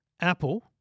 Apple